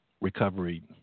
recovery